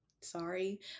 sorry